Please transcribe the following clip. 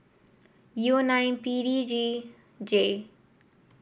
U nine P D G J